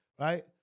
Right